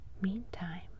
Meantime